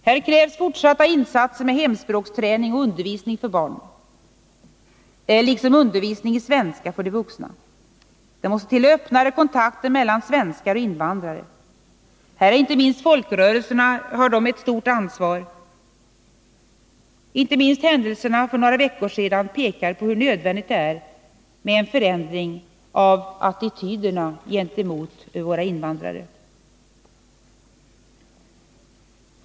Här krävs fortsatta insatser med hemspråksträning och undervisning för barnen, liksom undervisning i svenska för de vuxna. Det måste till öppnare kontakter mellan svenskar och invandrare. Här har inte minst folkrörelserna ett stort ansvar. Inte minst händelserna för några veckor sedan pekar på hur nödvändigt det är med en förändring av attityderna gentemot våra invandrare.